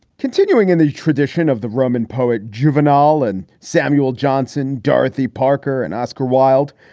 continuing in the tradition of the roman poet juvenile and samuel johnson, dorothy parker and oscar wilde.